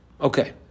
Okay